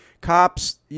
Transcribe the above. Cops